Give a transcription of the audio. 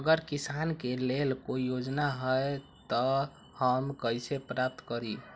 अगर किसान के लेल कोई योजना है त हम कईसे प्राप्त करी?